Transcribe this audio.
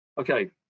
Okay